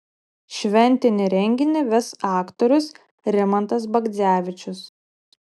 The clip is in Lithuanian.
šventinį renginį ves aktorius rimantas bagdzevičius